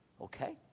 Okay